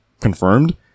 Confirmed